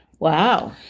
Wow